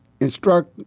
instruct